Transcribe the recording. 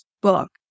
book